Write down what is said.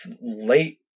late